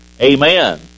Amen